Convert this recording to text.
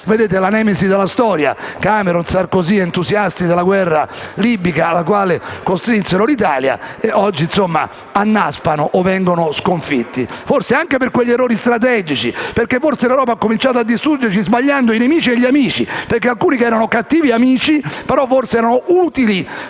Vedete la nemesi della storia: Cameron e Sarkozy, entusiasti della guerra libica alla quale costrinsero l'Italia, oggi annaspano o vengono sconfitti, forse anche per quegli errori strategici. Forse, infatti, l'Europa ha cominciato a distruggersi sbagliando tra amici e nemici, perché alcuni che erano cattivi amici forse erano utili